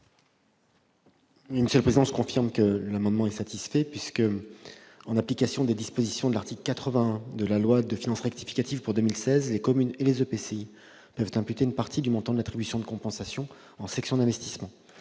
Gouvernement ? Je confirme que cet amendement est satisfait. En application des dispositions de l'article 81 de la loi de finances rectificative pour 2016, les communes et les EPCI peuvent imputer une partie du montant de l'attribution de compensation en section d'investissement.